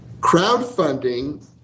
Crowdfunding